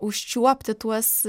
užčiuopti tuos